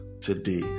today